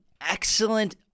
excellent